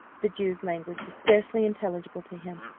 the jew's language was scarcely intelligible to him,